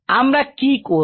আমরা কি করব